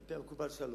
לפי המקובל שלוש,